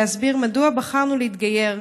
להסביר מדוע בחרנו להתגייר.